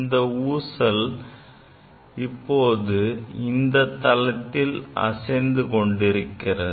இந்த தனி ஊசல் இப்போது இந்த தளத்தில் அசைவுறு இயக்கத்தை மேற்கொண்டிருக்கிறது